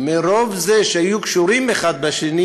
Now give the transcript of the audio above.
ומרוב שהם היו קשורים אחד בשני